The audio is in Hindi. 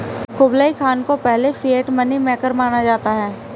कुबलई खान को पहले फिएट मनी मेकर माना जाता है